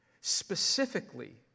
specifically